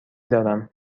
دارم